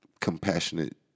compassionate